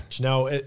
Now